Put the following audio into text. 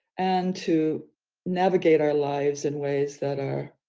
and to navigate our lives in ways that are